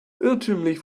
irrtümlich